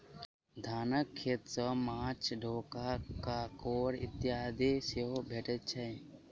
धानक खेत मे माँछ, डोका, काँकोड़ इत्यादि सेहो भेटैत छै